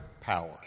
power